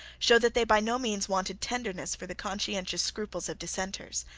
show that they by no means wanted tenderness for the conscientious scruples of dissenters.